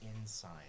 inside